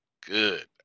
good